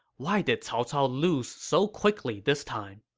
why did cao cao lose so quickly this time?